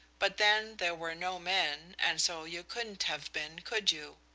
but then there were no men, and so you couldn't have been, could you?